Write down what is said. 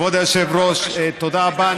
כבוד היושב-ראש, תודה רבה.